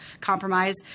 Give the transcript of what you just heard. compromise